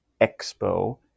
Expo